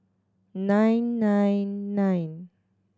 nine nine nine